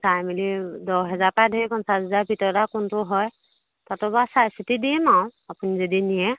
চাই মেলি দহ হেজাৰ পা ধৰি পঞ্চাছ হেজাৰৰ ভিতৰত আ কোনটো হয় তাতো বা চাই চিতি দিম আৰু আপুনি যদি নিয়ে